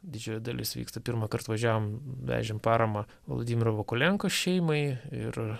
didžioji dalis vyksta pirmąkart važiavom vežėm paramą vladimiro vokulenko šeimai ir